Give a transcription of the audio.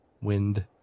wind